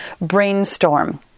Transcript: brainstorm